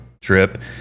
trip